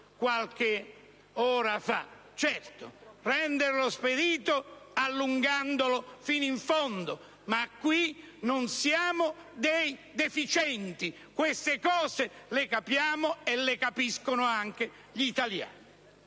qualche ora fa. Certo, renderlo spedito allungandolo fino in fondo, ma qui non siamo dei deficienti: queste cose le capiamo, e le capiscono anche gli italiani.